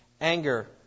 Anger